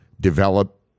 develop